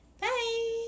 Bye